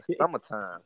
summertime